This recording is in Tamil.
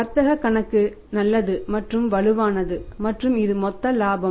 வர்த்தக கணக்கு நல்லது மற்றும் வலுவானது மற்றும் இது மொத்த இலாபம்